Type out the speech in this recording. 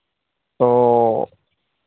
ᱚᱻ